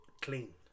Clean